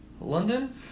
London